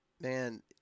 man